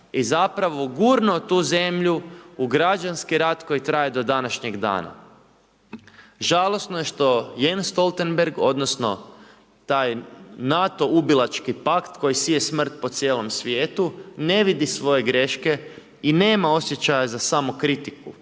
i zapravo gurnuo tu zemlju u građanski rat koji traje do današnjeg dana. Žalosno je što Jens Stoltenberg odnosno taj NATO ubilački pakt koji sije smrt po cijelom svijetu ne vidi svoje greške i nema osjećaja za samokritiku